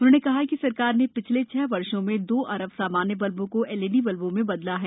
उन्होंने कहा कि सरकार ने पिछले छह वर्षो में दो अरब सामान्य बल्बों को एलईडी बल्बो में बदला है